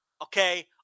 okay